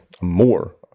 more